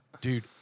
Dude